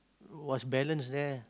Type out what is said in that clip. was balance there